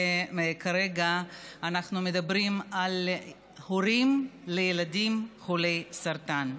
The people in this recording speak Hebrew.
כרגע אנחנו מדברים על הורים לילדים חולי סרטן.